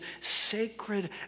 sacred